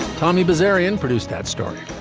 tommy bezerra and produced that story